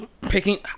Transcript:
picking